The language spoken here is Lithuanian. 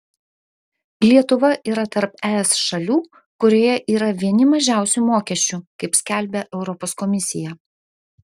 lietuva yra tarp es šalių kurioje yra vieni mažiausių mokesčių kaip skelbia europos komisija